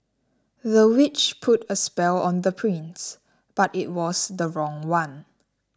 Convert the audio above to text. the witch put a spell on the prince but it was the wrong one